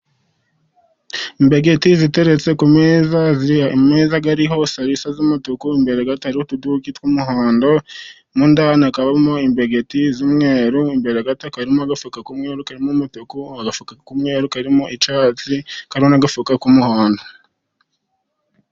Imbegeti ziteretse ku meza ariho salisa z'umutuku imbere gato n'utuduki tw'umuhondo mo ndani hakabamo imbegeti z'umweru imbere gato hakaba harimo agafuka k'umweru karimo umutuku agafuka k'umweru karimo icyatsi kariho agafuka k'umuhondo.